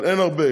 אבל אין הרבה,